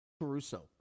Caruso